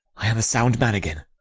i am a sound man again.